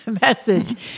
message